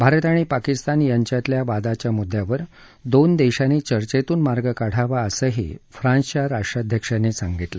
भारत आणि पाकिस्तान यांच्यातल्या वादाच्या मुद्द्यांवर दोन देशांनी चर्चेतून मार्ग काढावा असंही फ्रान्सच्या राष्ट्राध्यक्षांनी सांगितलं